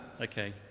Okay